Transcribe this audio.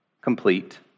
complete